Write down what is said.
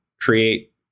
create